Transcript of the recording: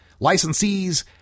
Licensees